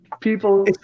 People